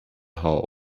hole